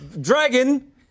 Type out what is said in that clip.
dragon